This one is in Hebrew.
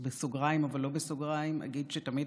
אבל אז תדעי שזה חשוב.